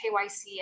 KYC